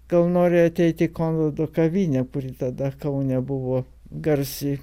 gal nori ateiti į konrado kavinę kuri tada kaune buvo garsi